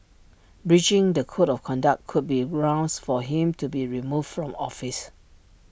breaching the code of conduct could be grounds for him to be removed from office